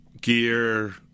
gear